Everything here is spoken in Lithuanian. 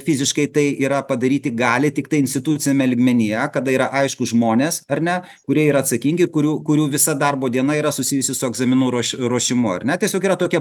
fiziškai tai yra padaryti gali tiktai instituciniame lygmenyje kada yra aiškūs žmonės ar ne kurie yra atsakingi kurių kurių visa darbo diena yra susijusi su egzaminų ruoš ruošimu ar ne tiesiog yra tokia